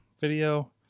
video